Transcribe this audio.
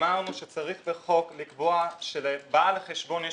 ואמרנו שצריך בחוק לקבוע שלבעל החשבון יש